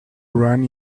run